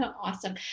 Awesome